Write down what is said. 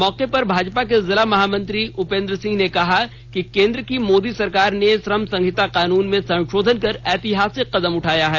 मौके पर भाजपा के जिला महामंत्री उपेंद्र सिंह ने कहा कि केंद्र की मोदी सरकार ने श्रम संहिता कानून में संशोधन कर ऐतिहासिक कदम उठाया है